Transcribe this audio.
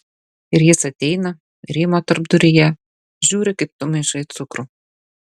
ir jis ateina rymo tarpduryje žiūri kaip tu maišai cukrų